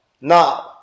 now